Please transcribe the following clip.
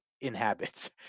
inhabits